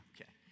Okay